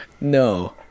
No